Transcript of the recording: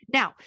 now